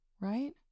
right